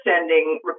sending